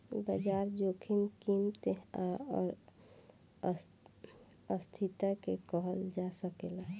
बाजार जोखिम कीमत आ अस्थिरता के कहल जा सकेला